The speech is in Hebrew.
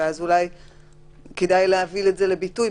כדאי להביא את זה לביטוי,